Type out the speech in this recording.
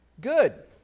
Good